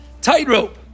tightrope